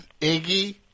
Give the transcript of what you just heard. Iggy